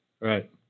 Right